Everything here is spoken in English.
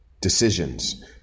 Decisions